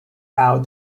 out